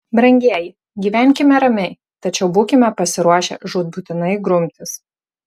brangieji gyvenkime ramiai tačiau būkime pasiruošę žūtbūtinai grumtis